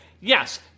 Yes